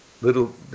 little